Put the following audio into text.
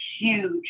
huge